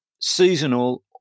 seasonal